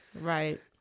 Right